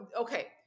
Okay